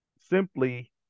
Simply